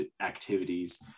activities